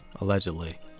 allegedly